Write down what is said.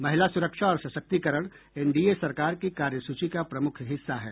महिला सुरक्षा और सशक्तिकरण एनडीए सरकार की कार्यसूची का प्रमुख हिस्सा है